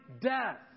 death